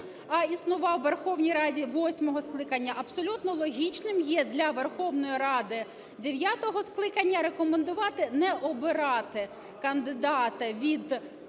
існував у Верховній Раді восьмого скликання, абсолютно логічним є для Верховної Ради дев'ятого скликання рекомендувати не обирати кандидата від